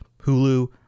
Hulu